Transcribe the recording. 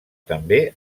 també